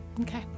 Okay